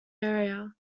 area